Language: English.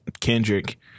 Kendrick